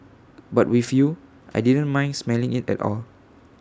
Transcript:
but with you I didn't mind smelling IT at all